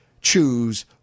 choose